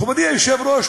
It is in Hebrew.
מכובדי היושב-ראש,